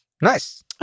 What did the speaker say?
Nice